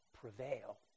prevail